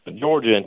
Georgia